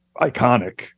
iconic